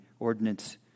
Ordinance